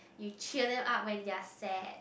you cheer them up when they are sad